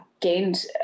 gained